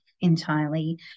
entirely